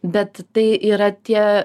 bet tai yra tie